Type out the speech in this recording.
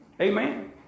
Amen